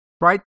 Right